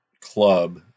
club